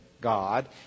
God